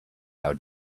how